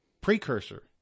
precursor